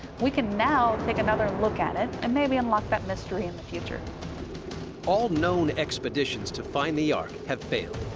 we can now take another look at it and maybe unlock that mystery in the future. narrator all known expeditions to find the ark have failed.